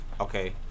okay